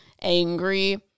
angry